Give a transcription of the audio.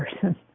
person